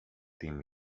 team